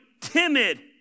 timid